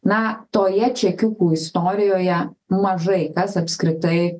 na toje čekiukų istorijoje mažai kas apskritai